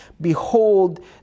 Behold